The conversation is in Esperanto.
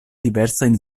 diversajn